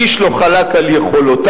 איש לא חלק על יכולותיו,